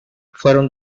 fueron